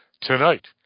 tonight